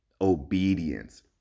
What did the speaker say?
obedience